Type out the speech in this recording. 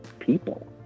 people